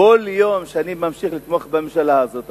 כל יום שאני ממשיך לתמוך בממשלה הזאת,